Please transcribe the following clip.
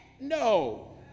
No